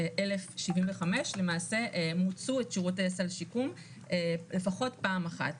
41,075 למעשה מוצו את שירותי הסל שיקום לפחות פעם אחת,